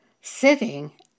sitting